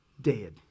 dead